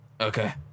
Okay